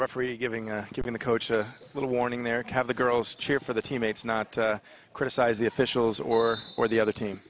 referee giving and giving the coach a little warning there have the girls cheer for the teammates not criticize the officials or for the other team